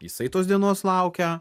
jisai tos dienos laukia